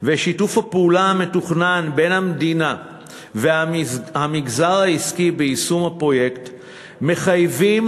ושיתוף הפעולה המתוכנן בין המדינה והמגזר העסקי ביישום הפרויקט מחייבים,